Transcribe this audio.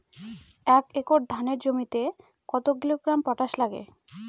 এক একর ধানের জমিতে কত কিলোগ্রাম পটাশ লাগে?